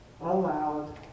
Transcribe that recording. aloud